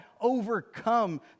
overcome